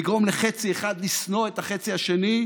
לגרום לחצי אחד לשנוא את החצי השני,